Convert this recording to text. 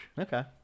Okay